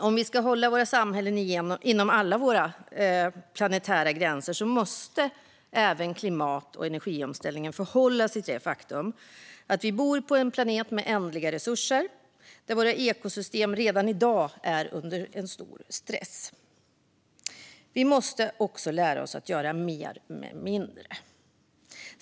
Om vi ska hålla våra samhällen inom alla våra planetära gränser måste även klimat och energiomställningen förhålla sig till det faktum att vi bor på en planet med ändliga resurser där våra ekosystem redan i dag är under enormt stor press. Vi måste också lära oss att göra mer med mindre.